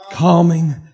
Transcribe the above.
Calming